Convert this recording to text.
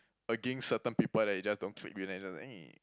against certain people that he just don't click with then he just !ee!